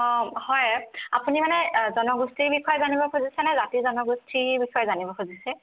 অঁ হয় আপুনি মানে জনগোষ্ঠীৰ বিষয়ে জানিব খুজিছে নে জাতি জনগোষ্ঠীৰ বিষয়ে জানিব খুজিছে